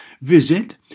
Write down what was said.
Visit